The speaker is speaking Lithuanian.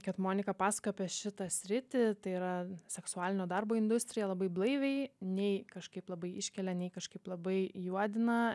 kad monika pasakojo apie šitą sritį tai yra seksualinio darbo industriją labai blaiviai nei kažkaip labai iškelia nei kažkaip labai juodina